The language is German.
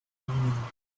riemen